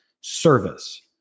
service